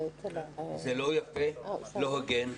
זה לא יפה ולא הוגן.